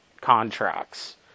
contracts